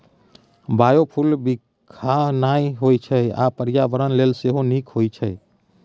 biofuel बिखाह नहि होइ छै आ पर्यावरण लेल सेहो नीक होइ छै